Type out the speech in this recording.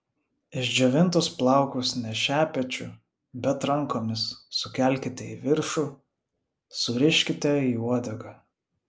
išdžiovintus plaukus ne šepečiu bet rankomis sukelkite į viršų suriškite į uodegą